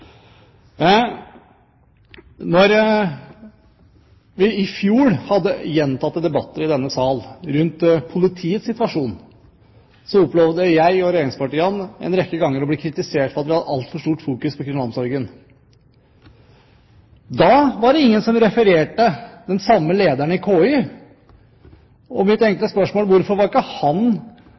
når den køen nå er borte? Da vi i fjor hadde gjentatte debatter i denne sal om politiets situasjon, opplevde jeg, og regjeringspartiene, en rekke ganger å bli kritisert for at vi hadde altfor stort fokus på kriminalomsorgen. Da var det ingen som refererte til den samme lederen i KY, og mitt enkle spørsmål er: Hvorfor var ikke han